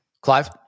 Clive